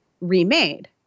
remade